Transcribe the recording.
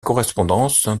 correspondance